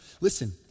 Listen